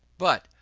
but,